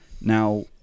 Now